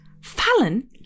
Fallon